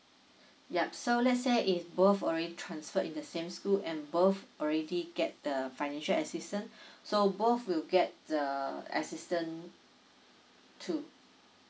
yup so let's say if both already transferred in the same school and both already get the financial assistant so both will get the assistant too